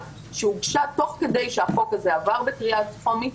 שהוגשה אגב תוך כדי שהחוק הזה עבר בקריאה טרומית.